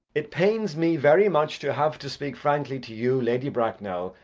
it pains me very much to have to speak frankly to you, lady bracknell,